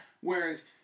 Whereas